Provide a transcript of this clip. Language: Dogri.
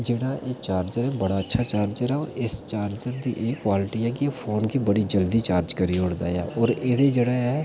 जेह्ड़ा एह् चार्जर ऐ बड़ा अच्छा चार्जर ऐ होर इस चार्जर दी एह् क्वालटी ऐ कि फोन गी बड़ी जल्दी चार्ज करी ओड़दा ऐ होर एह्दे जेह्ड़ा ऐ